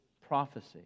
prophecy